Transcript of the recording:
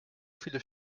viele